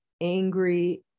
angry